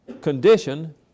condition